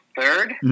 third